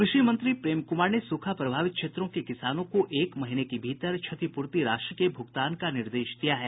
कृषि मंत्री प्रेम कुमार ने सूखा प्रभावित क्षेत्रों के किसानों को एक महीने के भीतर क्षतिपूर्ति राशि के भुगतान का निर्देश दिया है